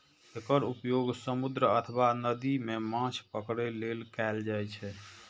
एकर उपयोग समुद्र अथवा नदी मे माछ पकड़ै लेल कैल जाइ छै